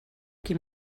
qui